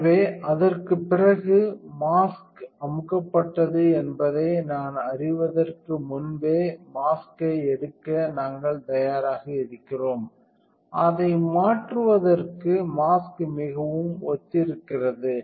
எனவே அதற்குப் பிறகு மாஸ்க் அமுக்கப்பட்டது என்பதை நான் அறிவதற்கு முன்பே மாஸ்க்யை எடுக்க நாங்கள் தயாராக இருக்கிறோம் அதை மாற்றுவதற்கு மாஸ்க் மிகவும் ஒத்திருக்கிறது